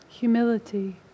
Humility